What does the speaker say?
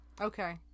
Okay